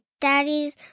daddy's